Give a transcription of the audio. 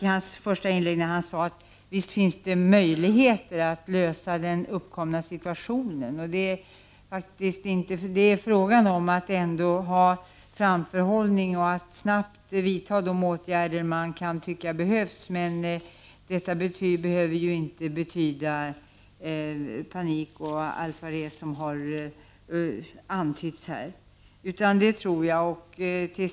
I sitt första inlägg sade han ju: Visst finns det möjligheter att finna en lösning i den uppkomna situationen. Det är ju ändå fråga om att ha en framförhållning och om att snabbt kunna vidta de åtgärder som kan tyckas vara erforderliga. Men detta behöver inte innebära att det är panik etc. som man här har antytt.